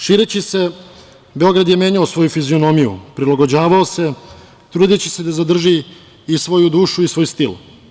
Šireći se, Beograd je menjao svoju fizionomiju, prilagođavao se, trudeći se da zadrži i svoju dušu i svoj stil.